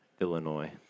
illinois